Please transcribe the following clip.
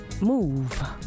move